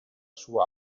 sua